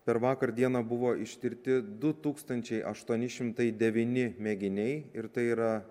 per vakar dieną buvo ištirti du tūkstančiai aštuoni šimtai devyni mėginiai ir tai yra